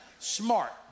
Smart